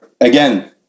again